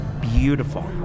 beautiful